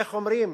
איך אומרים?